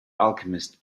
alchemist